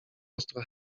ostro